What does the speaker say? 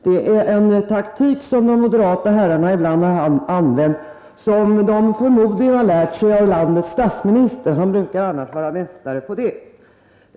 Det är en taktik som de moderata herrarna ibland har använt som de förmodligen lärt sig av landets statsminister — han brukar vara mästerlig på det.